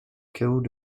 killed